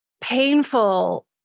painful